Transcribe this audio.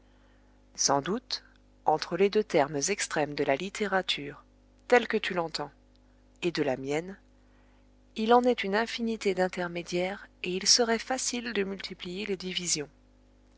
sans doute entre les deux termes extrêmes de la littérature telle que tu l'entends et de la mienne il en est une infinité d'intermédiaires et il serait facile de multiplier les divisions